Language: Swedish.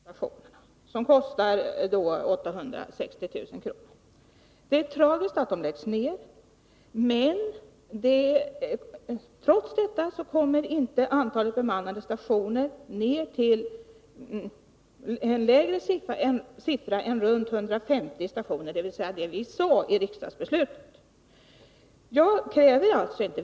Herr talman! Olle Östrand blandar ihop två saker. Det är inte de här nio stationerna jag räknade upp som kostar 860 000 kr. Det är tragiskt att de läggs ned, men trots detta kommer inte antalet bemannade stationer ner till en lägre nivå än runt 150 stationer, dvs. det vi sade i riksdagsbeslutet.